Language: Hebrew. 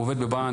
הוא עובד בבנק,